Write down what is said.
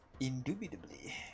Indubitably